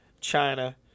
China